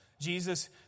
Jesus